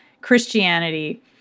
christianity